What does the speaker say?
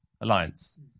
alliance